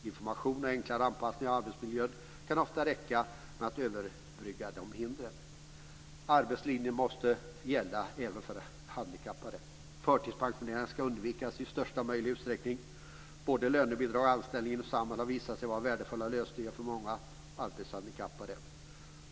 Information och enklare anpassning av arbetsmiljön kan ofta räcka för att överbrygga de hindren. Arbetslinjen måste gälla även för handikappade. Förtidspensioneringar ska undvikas i största möjliga utsträckning. Både lönebidrag och anställningar inom Samhall har visat sig vara värdefulla lösningar för många arbetshandikappade.